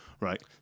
right